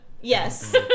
yes